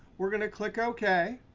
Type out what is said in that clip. we're going to click ok.